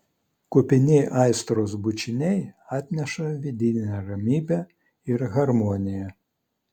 kupini aistros bučiniai atneša vidinę ramybę ir harmoniją